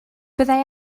byddai